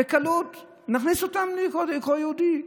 בקלות, נכניס אותם, נקרא להם יהודים.